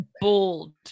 bold